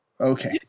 Okay